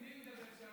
נגד מי הוא ידבר שם?